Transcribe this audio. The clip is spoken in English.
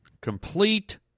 Complete